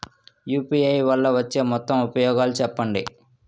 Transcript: UPI వల్ల వచ్చే మొత్తం ఉపయోగాలు చెప్పండి?